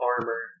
armor